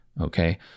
okay